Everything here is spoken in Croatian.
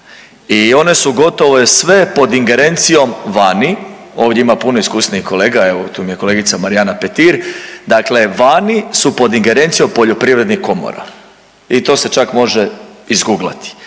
I one su gotovo sve pod ingerencijom vani. Ovdje ima puno iskusnijih kolega, evo tu mi je kolegica Marijana Petir. Dakle, vani su pod ingerencijom poljoprivrednih komora i to se čak može izguglati.